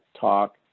talk